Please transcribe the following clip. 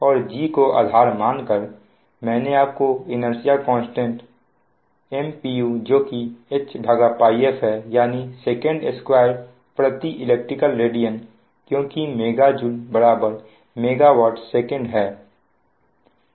और G को आधार मानकर मैंने आपको इनेर्सिया कांस्टेंट M pu जो कि HΠf है यानी sec2 elect radian क्योंकि MJ MW Secहै